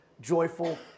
joyful